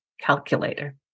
calculator